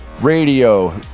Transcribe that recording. Radio